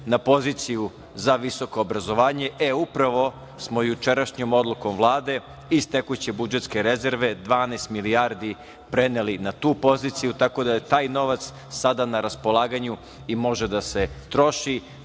na poziciju za visoko obrazovanje. E, upravo smo jučerašnjom odlukom Vlade iz tekuće budžetske rezerve 12 milijardi preneli na tu poziciju, tako da je taj novac sada na raspolaganju i može da se troši,